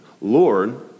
Lord